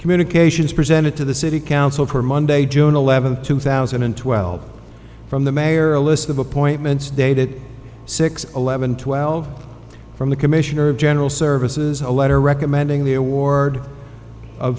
communications presented to the city council for monday june eleventh two thousand and twelve from the mayor a list of appointments dated six eleven twelve from the commissioner of general services a letter recommending the award o